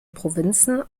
provinzen